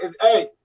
Hey